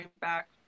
back